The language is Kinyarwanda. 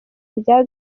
rya